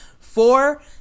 four